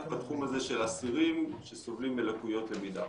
בתחום הזה של אסירים שסובלים מלקויות למידה